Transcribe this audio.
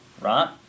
right